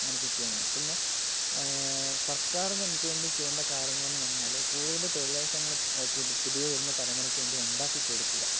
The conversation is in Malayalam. അങ്ങനെയൊക്കെ ചെയ്യാൻ പറ്റും പിന്നെ സർക്കാർ നമുക്ക് വേണ്ടി ചെയ്യേണ്ടേ കാര്യങ്ങൾ എന്ന് പറഞ്ഞാൽ കൂടുതൽ തൊഴിൽ അവസരങ്ങളും പുതിയ വരുന്ന തലമുറക്ക് വേണ്ടി ഉണ്ടാക്കി കൊടുക്കുക